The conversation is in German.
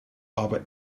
aber